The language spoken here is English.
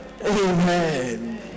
Amen